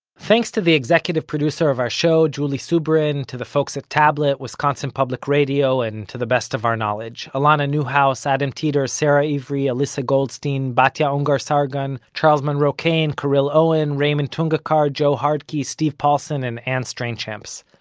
thanks to the executive producer of our show, julie subrin, to the folks at tablet, wisconsin public radio and to the best of our knowledge alana newhouse, adam teeter, sara ivry, elissa goldstein, batya ungar-sargon, charles monroe-kane, caryl owen, rehman tungekar, joe hardtke, steve paulson and anne strainchamps.